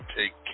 take